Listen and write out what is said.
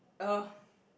oh